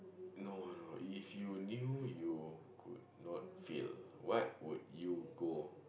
no no if you knew you could not fail what would you go